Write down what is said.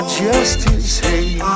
justice